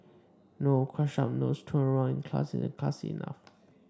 no crushed up notes thrown around in class isn't classy enough